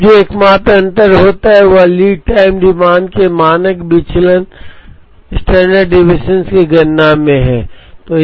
अब जो एकमात्र अंतर होता है वह लीड टाइम डिमांड के मानक विचलन standard deviation की गणना में है